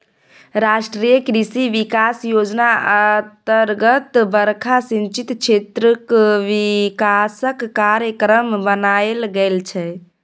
राष्ट्रीय कृषि बिकास योजना अतर्गत बरखा सिंचित क्षेत्रक बिकासक कार्यक्रम बनाएल गेल छै